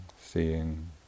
seeing